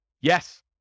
Yes